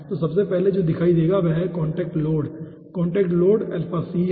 तो सबसे पहले जो दिखाई देगा वह है contact load contact load alpha c है